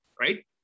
right